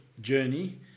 journey